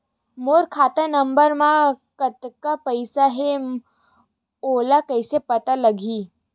मोर खाता नंबर मा कतका पईसा हे ओला कइसे पता लगी?